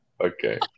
Okay